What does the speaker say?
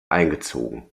eingezogen